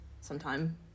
sometime